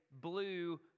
blue